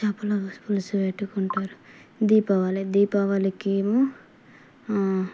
చేపల పులుసు పెట్టుకుంటారు దీపావళి దీపావళికి ఏమో